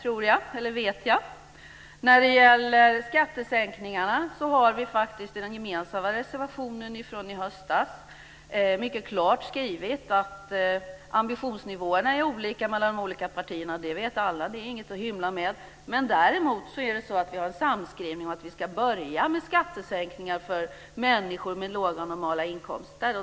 När det gäller skattesänkningarna har vi faktiskt i den gemensamma reservationen från i höstas mycket klart skrivit att ambitionsnivåerna varierar mellan de olika partierna. Det vet alla, och det är inget att hymla med. Däremot har vi en samskrivning om att vi ska börja med skattesänkningar för människor med låga och normala inkomster.